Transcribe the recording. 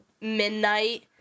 midnight